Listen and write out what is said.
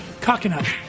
Coconut